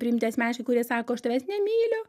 priimti asmeniškai kurie sako aš tavęs nemyliu